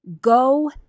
go